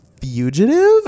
fugitive